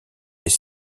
les